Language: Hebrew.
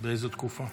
לאיזו תקופה?